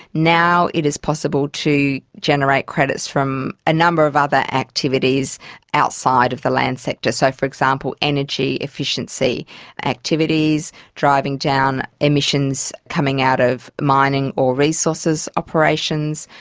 now it is possible to generate credits from a number of other activities outside of the land sector. so, for example, energy efficiency activities driving down emissions coming out of mining or resources operations.